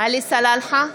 עלי סלאלחה,